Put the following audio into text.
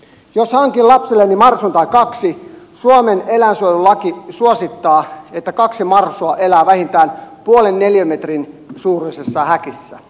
jos hankin lapsilleni marsun tai kaksi suomen eläinsuojelulaki suosittaa että kaksi marsua elää vähintään puolen neliömetrin suuruisessa häkissä